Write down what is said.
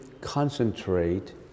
concentrate